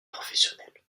professionnels